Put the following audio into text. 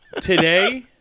Today